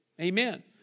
Amen